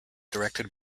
directed